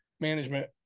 management